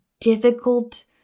difficult